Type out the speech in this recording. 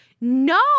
no